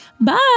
Bye